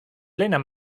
plena